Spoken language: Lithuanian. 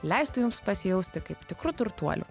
leistų jums pasijausti kaip tikru turtuoliu